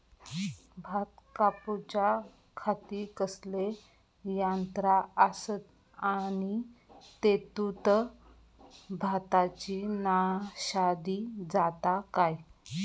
भात कापूच्या खाती कसले यांत्रा आसत आणि तेतुत भाताची नाशादी जाता काय?